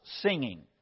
singing